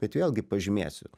bet vėlgi pažymėsiu